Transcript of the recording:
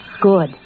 Good